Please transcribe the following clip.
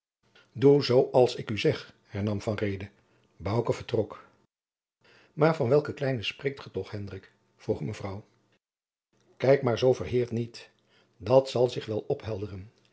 doe zoo als ik u zeg hernam van reede bouke vertrok maar van welken kleinen spreekt ge toch hendrik vroeg mevrouw jacob van lennep de pleegzoon kijk maar zoo verheerd niet dat zal zich wel ophelderen